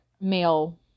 male